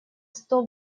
сто